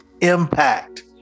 impact